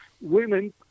women